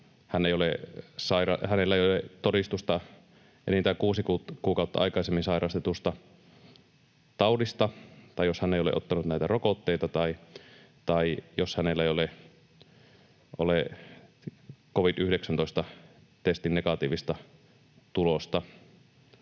tällä ei ole todistusta enintään kuusi kuukautta aikaisemmin sairastetusta taudista tai jos hän ei ole ottanut näitä rokotteita tai jos hänellä ei ole covid-19-testin negatiivista tulosta.